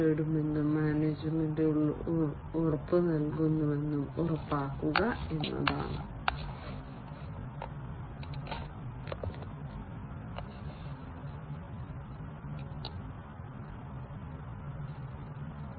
അടിസ്ഥാനപരമായി സമയം കുറയ്ക്കൽ പ്രൊജക്റ്റ് സമയം ഓവർറൺ കുറയ്ക്കൽ ലാഭകരമായ സമയം കുറയ്ക്കൽ ഗുണനിലവാരം മെച്ചപ്പെടുത്തുന്നത് കുറയുന്നതിനെ കുറിച്ചുള്ള ചർച്ചകൾ ഈ വ്യത്യസ്ത ഉൽപ്പന്നങ്ങളിലെ ഉൽപ്പാദന വൈകല്യങ്ങൾ ഏത് നിരക്കിലാണ് ഉണ്ടാകാൻ പോകുന്നതെന്ന് അർത്ഥമാക്കുന്ന വൈകല്യ നിരക്ക്